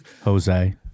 jose